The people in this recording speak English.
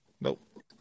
Nope